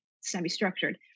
semi-structured